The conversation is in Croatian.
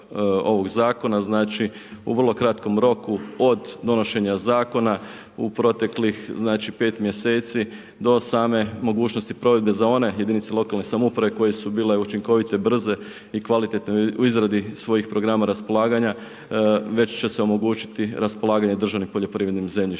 u vrlo kratkom roku od donošenja zakona u proteklih 5 mj. do same mogućnosti provedbe za one jedinice lokalne samouprave koje su bile učinkovite, brze i kvalitetne u izradi svojih programa raspolaganja, već će se omogućiti raspolaganje državnim poljoprivrednim zemljištem.